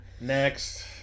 Next